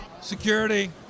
Security